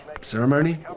Ceremony